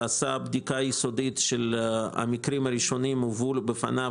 הוא עשה בדיקה יסודית של המקרים הראשונים שהובאו בפניו,